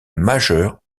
majeure